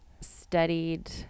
studied